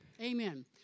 Amen